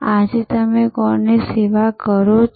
આજે તમે કોની સેવા કરો છો